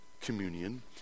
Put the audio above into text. communion